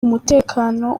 umutekano